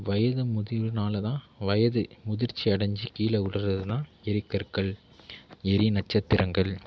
வயது முதிர்வுனால்தான் வயது முதிர்ச்சி அடைஞ்சு கீழே விழுறதுதான் எரிக்கற்கள் எரி நட்சத்திரங்கள்